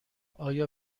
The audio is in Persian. آیا